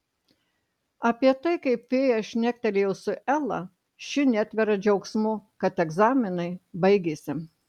apie tai kaip fėja šnektelėjo su ela ši netveria džiaugsmu kad egzaminai baigėsi